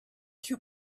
two